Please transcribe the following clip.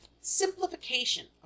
Simplification